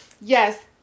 Yes